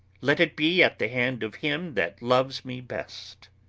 let it be at the hand of him that loves me best.